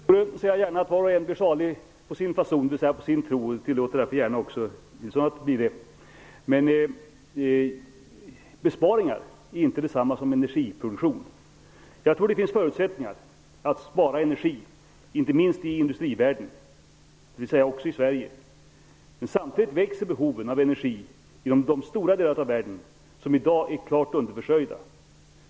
Herr talman! Liksom Fredrik den store ser jag gärna att var och en blir salig på sin fason, dvs. på sin tro. Jag tillåter därför gärna också Rolf L Nilson att bli det. Besparingar är inte detsamma som energiproduktion. Jag tror det finns förutsättningar att spara energi, inte minst i industrivärlden, dvs. också i Sverige. Samtidigt växer behoven av energi i stora delar av världen som i dag är klart underförsörjda.